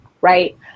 right